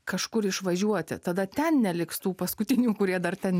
kažkur išvažiuoti tada ten neliks tų paskutinių kurie dar ten